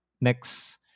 next